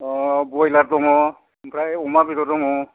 अ बयलार दङ ओमफ्राय अमा बेदर दङ